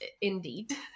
indeed